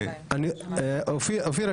אופיר,